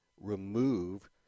remove